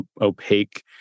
opaque